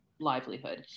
livelihood